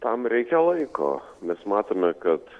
tam reikia laiko mes matome kad